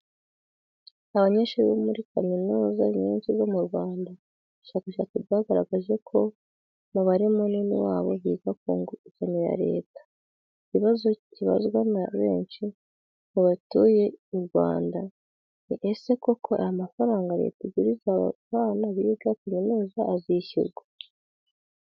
Abanyeshuri bo muri kaminuza nyinshi zo mu Rwanda, ubushakashatsi bwagaragaje ko umubare munini wabo biga ku nguzanyo ya leta. Ikibazo kibazwa na benshi mu batuye u Rwanda ni ese koko aya mafaranga leta iguriza abana biga kaminuza azishyurwa?